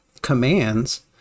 commands